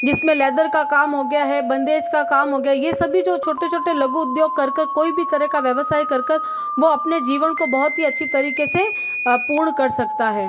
जिसमें लेदर का काम हो गया है बंधेज का काम हो गया यह सभी जो छोटे छोटे लघु उद्योग कर कर कोई भी तरह का व्यवसाय कर कर वह अपने जीवन को बहुत ही अच्छी तरीके से पूर्ण कर सकता है